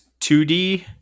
2D